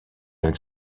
avec